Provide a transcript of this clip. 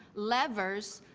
levers,